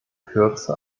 kürze